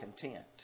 content